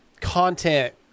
content